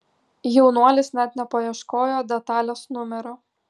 jaunuolis net nepaieškojo detalės numerio